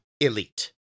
Elite